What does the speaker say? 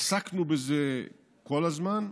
עסקנו בזה כל הזמן,